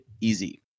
easy